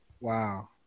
Wow